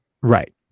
Right